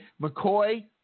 McCoy